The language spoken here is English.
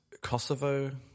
Kosovo